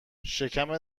شکم